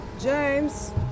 James